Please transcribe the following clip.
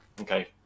okay